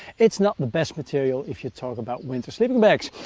it's not the best material if you talk about winter sleeping bags.